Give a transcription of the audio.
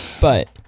but-